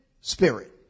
spirit